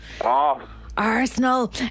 Arsenal